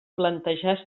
plantejar